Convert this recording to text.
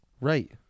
Right